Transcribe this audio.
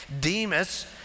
Demas